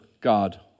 God